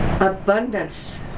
Abundance